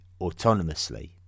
autonomously